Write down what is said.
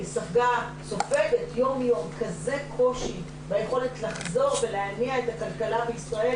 ספגה וסופגת יום יום כזה קושי ביכולת לחזור ולהניע את הכלכלה בישראל,